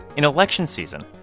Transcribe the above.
in election season,